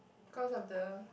cause of the